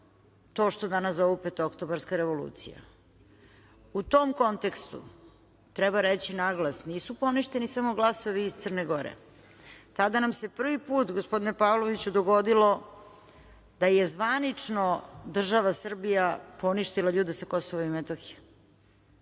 to što danas zovu Petooktobarska revolucija. U tom kontekstu treba reći naglas da nisu poništeni samo glasovi iz Crne Gore. Tada nam se prvi put, gospodine Pavloviću, dogodilo da je zvanično država Srbija poništila ljude sa KiM i to je